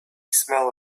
smell